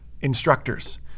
Instructors